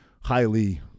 highly